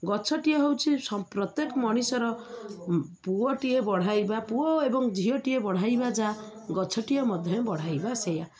ଗଛଟିଏ ହେଉଛି ପ୍ରତ୍ୟେକ ମଣିଷର ପୁଅଟିଏ ବଢ଼ାଇବା ପୁଅ ଏବଂ ଝିଅଟିଏ ବଢ଼ାଇବା ଯାହା ଗଛଟିଏ ମଧ୍ୟ ବଢ଼ାଇବା ସେଇଆ